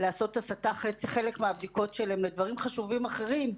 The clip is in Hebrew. לעשות הסטה חלק מהבדיקות שלהם לדברים חשובים אחרים,